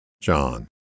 John